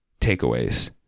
takeaways